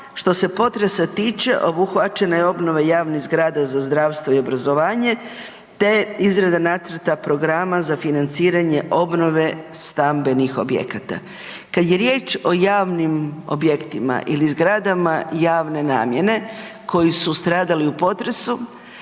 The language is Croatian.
što se potresa tiče obuhvaćena je obnova javnih zgrada za zdravstvo i obrazovanje te izrada nacrta programa za financiranje obnove stambenih objekata. Kad je riječ o javnim objektima ili zgradama javne namjene koji su stradali u potresu